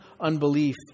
unbelief